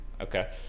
Okay